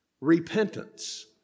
Repentance